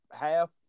Half